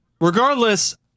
Regardless